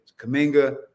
Kaminga